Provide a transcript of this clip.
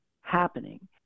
happening